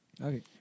Okay